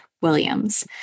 Williams